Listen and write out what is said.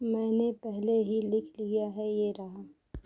मैंने पहले ही लिख लिया है यह रहा